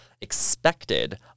expected